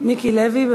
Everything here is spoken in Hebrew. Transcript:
מיקי לוי.